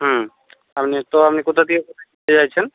হুম আপনি তো আপনি কোথা দিয়ে চাইছেন